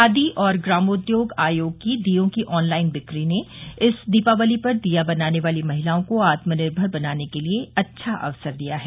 खादी और ग्रामोद्योग आयोग की दीयों की ऑनलाइन बिक्री ने इस दीपावली पर दीया बनाने वाली महिलाओं को आत्मनिर्मर बनने के लिए अच्छा अवसर दिया है